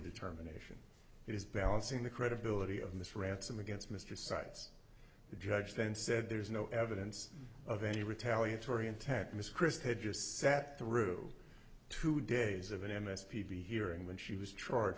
determination that is balancing the credibility of this ransom against mr sides the judge then said there's no evidence of any retaliatory intentness christhood just sat through two days of an m s p be hearing when she was charge